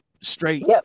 straight